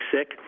sick